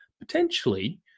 potentially